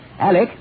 Alec